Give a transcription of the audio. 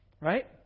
Right